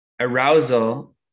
arousal